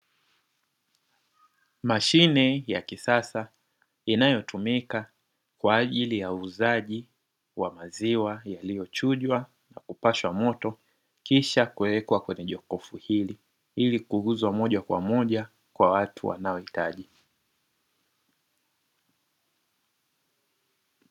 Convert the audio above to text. Mashine ya kisasa inayotumika kwa ajili ya uuzaji wa maziwa yaliyochujwa na kupashwa moto, kisha kuyaweka kwenye gokofu hili ili kuuzwa moja kwa moja kwa watu wanaohitaji.